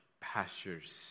pastures